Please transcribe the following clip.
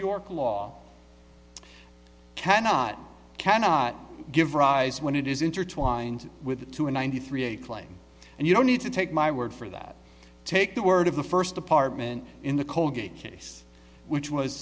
york law cannot cannot give rise when it is intertwined with to a ninety three a claim and you don't need to take my word for that take the word of the first department in the colgate case which was